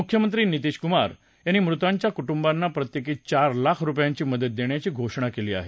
मुख्यमंत्री नितीश कुमार यांनी मृतांच्या कुटुंबांना प्रत्येकी चार लाख रुपयांची मदत देण्याची घोषणा केली आहे